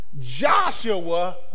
Joshua